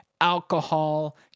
alcohol